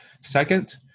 Second